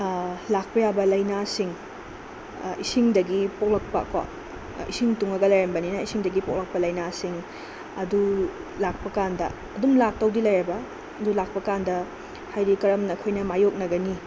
ꯂꯥꯛꯄ ꯌꯥꯕ ꯂꯥꯏꯅꯥꯁꯤꯡ ꯏꯁꯤꯡꯗꯒꯤ ꯄꯣꯛꯂꯛꯄ ꯀꯣ ꯏꯁꯤꯡ ꯇꯨꯡꯉꯒ ꯂꯩꯔꯝꯕꯅꯤꯅ ꯏꯁꯤꯡꯗꯒꯤ ꯄꯣꯛꯂꯛꯄ ꯂꯥꯏꯅꯥꯁꯤꯡ ꯑꯗꯨ ꯂꯥꯛꯄꯀꯥꯟꯗ ꯑꯗꯨꯝ ꯂꯥꯛꯇꯧꯗꯤ ꯂꯩꯔꯕ ꯑꯗꯨ ꯂꯥꯛꯄꯀꯥꯟꯗ ꯍꯥꯏꯗꯤ ꯀꯔꯝꯅ ꯑꯩꯈꯣꯏꯅ ꯃꯥꯏꯌꯣꯛꯅꯒꯅꯤ